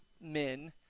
men